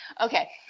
Okay